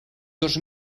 dos